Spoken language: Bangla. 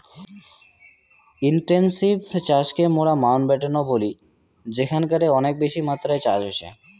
ইনটেনসিভ চাষকে মোরা মাউন্টব্যাটেন ও বলি যেখানকারে অনেক বেশি মাত্রায় চাষ হসে